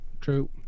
True